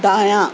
دایاں